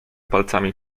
palcami